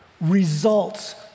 results